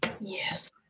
yes